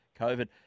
COVID